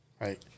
Right